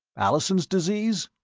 allison's disease?